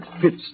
fits